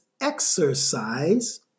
exercise